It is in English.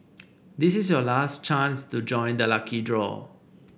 this is your last chance to join the lucky draw